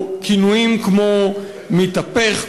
או כינויים כמו מתהפך,